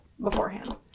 beforehand